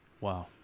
wow